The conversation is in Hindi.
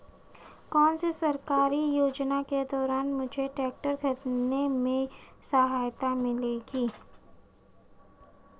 कौनसी सरकारी योजना के द्वारा मुझे ट्रैक्टर खरीदने में सहायता मिलेगी?